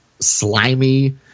slimy